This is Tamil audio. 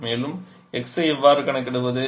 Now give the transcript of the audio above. மேலும் x ஐ எவ்வாறு கணக்கிடுவது